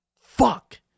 Fuck